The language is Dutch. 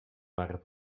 waren